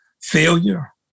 failure